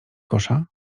kosza